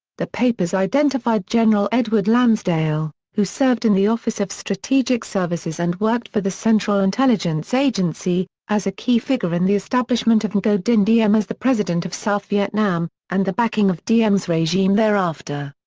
the papers identified general edward lansdale, who served in the office of strategic services and worked for the central intelligence agency, as a key figure in the establishment of ngo dinh diem as the president of south vietnam, and the backing of diem's regime thereafter.